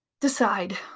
decide